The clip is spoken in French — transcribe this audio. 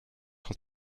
sont